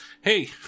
hey